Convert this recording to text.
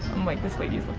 i'm like this lady's